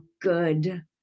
good